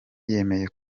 yemeye